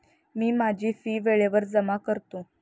मी माझी फी वेळेवर जमा करतो